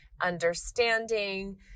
understanding